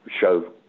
show